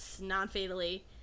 non-fatally